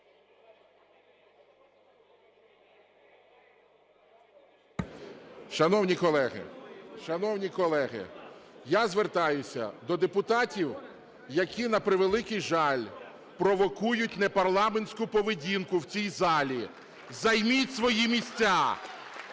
шановні колеги, я звертаюся до депутатів, які на превеликий жаль, провокують непарламентську поведінку в цій залі. Займіть свої місця!